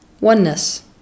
oneness